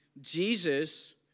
Jesus